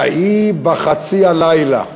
ויהי בחצי הלילה,